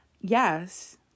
yes